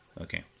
Okay